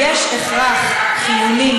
זה נראה לכם נורמלי?